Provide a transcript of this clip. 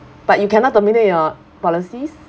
but you cannot terminate your policies